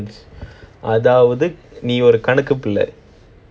அதாவது நீ ஒரு கணக்கு பிள்ள:adhaavathu nee oru kannakku pulla